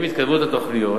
עם התקיימות התוכניות,